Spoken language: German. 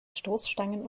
stoßstangen